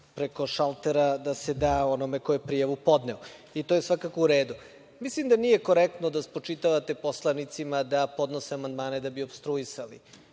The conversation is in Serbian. preko šaltera, da onome ko je prijavu podneo. To je svakako u redu. Mislim da nije korektno da spočitavate poslanicima da podnose amandmane da bi opstruisali.